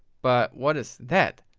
but what is that?